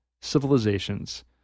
Civilizations